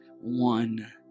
one